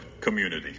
community